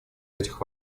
этих